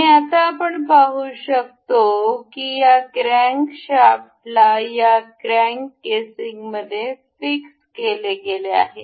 आणि आताआपण पाहू शकतो की या क्रॅन्कशाफ्टला या क्रॅंक केसिंगमध्ये फिक्स केले गेले आहे